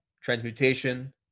transmutation